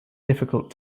difficult